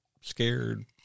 scared